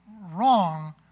wrong